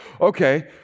Okay